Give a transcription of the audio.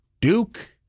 Duke